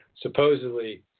supposedly